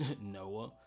Noah